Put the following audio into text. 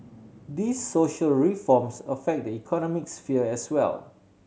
these social reforms affect the economic sphere as well